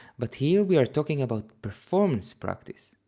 but here we are talking about performance practice.